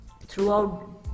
throughout